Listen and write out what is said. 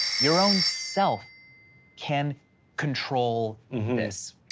your own self can control this.